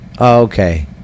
Okay